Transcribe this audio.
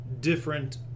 different